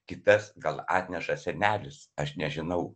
kitas gal atneša senelis aš nežinau